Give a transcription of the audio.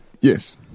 Yes